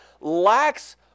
lacks